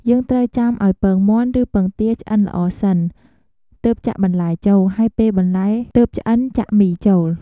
យើងត្រូវចាំឱ្យពងមាន់ ឬពងទាឆ្អិនល្អសិន ទើបចាក់បន្លែចូល ហើយពេលបន្លែ ទើបឆ្អិនចាក់មីចូល។